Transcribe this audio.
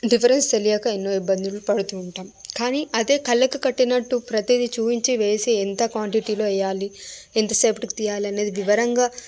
difference తెలియక ఎన్నో ఇబ్బందులు పడుతూ ఉంటాము కానీ అదే కళ్ళకి కట్టినట్టు ప్రతీదీ చూపించి వేసి ఎంత క్వాంటిటీలో వేయాలి ఎంత సేపటికి తీయాలనేది వివరంగా